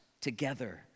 together